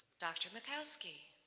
dr. makowsky.